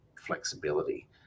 flexibility